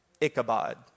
Ichabod